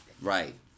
Right